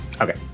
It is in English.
Okay